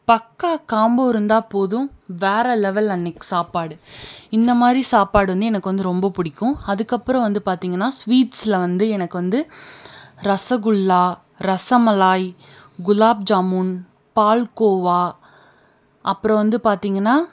பக்கா காம்போ இருந்தால் போதும் வேறு லெவல் அன்றைக்கி சாப்பாடு இந்தமாதிரி சாப்பாடு வந்து எனக்கு வந்து ரொம்ப பிடிக்கும் அதுக்கப்புறம் வந்து பார்த்திங்கன்னா ஸ்வீட்ஸில் வந்து எனக்கு வந்து ரஸகுல்லா ரஸமலாய் குலாப்ஜாமுன் பால்கோவா அப்புறம் வந்து பார்த்திங்கன்னா